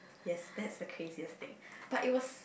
yes that's the craziest thing but it was